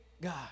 God